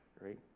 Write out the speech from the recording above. right